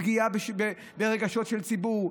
הפגיעה ברגשות של ציבור,